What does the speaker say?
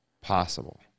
possible